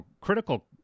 critical